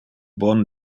bon